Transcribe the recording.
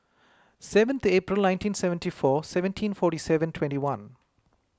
seventy April nineteen seventy four seventeen forty seven twenty one